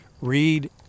read